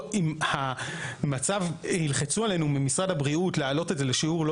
אם ילחצו עלינו ממשרד הבריאות להעלות את זה לשיעור לא